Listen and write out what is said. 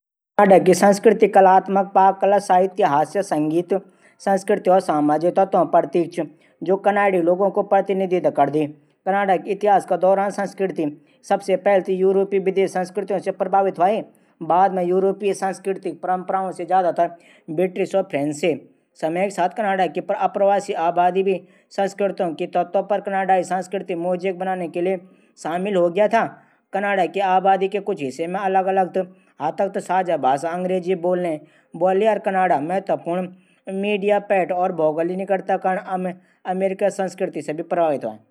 जर्मनी जू संस्कृति च वा माता पिता वा बच्चों बीच संवाद मा काफी अचछू चा जर्मन मा माता पिता ज्व सलाह हूंदी बच्चों कुन। बच्चों थै वख बिल्कुल स्वत्रंत रखदा। वख जू लोग काम करदा। नर मादा रूप मा अलग नी हूंदा वख कुवी भी चीज छुपांदा नी छन।